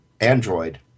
Android